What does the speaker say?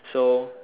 so